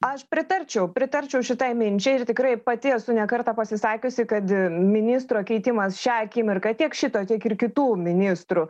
aš pritarčiau pritarčiau šitai minčiai ir tikrai pati esu ne kartą pasisakiusi kad ministro keitimas šią akimirką tiek šito kiek ir kitų ministrų